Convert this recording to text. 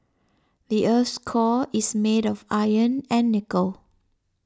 the earth's core is made of iron and nickel